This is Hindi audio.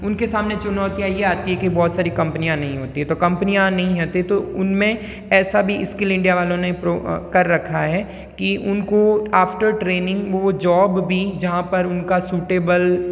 उनके सामने चुनौतियाँ ये आती हैं कि बहुत सारी कम्पनियाँ नहीं होती हैं तो कम्पनियाँ नहीं होती तो उनमें ऐसा भी स्किल इंडिया वालों ने प्रो कर रखा है कि उनको आफ़्टर ट्रेनिंग वो जाॅब भी जहाँ पर उनका सूटेबल